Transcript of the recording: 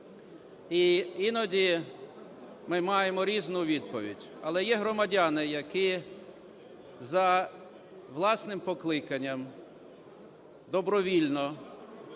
іноді ми маємо різну відповідь. Але є громадяни, які за власним покликанням добровільно